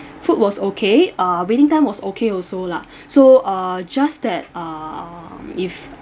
food was okay uh waiting time was okay also lah so uh just that um if